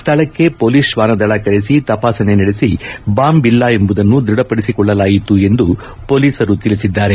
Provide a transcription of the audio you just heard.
ಸ್ನಳಕ್ಕೆ police ತ್ನಾನ ದಳ ಕರೆಸಿ ತಪಾಸಣೆ ನಡೆಸಿ ಬಾಂಬ್ ಇಲ್ಲ ಎಂಬುದನ್ನು ದೃಢಪಡಿಸಿಕೊಳ್ಳಲಾಯಿತು ಎಂದು ಪೊಲೀಸರು ತಿಳಿಸಿದ್ದಾರೆ